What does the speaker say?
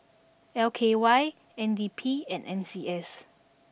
L K Y N D P and N C S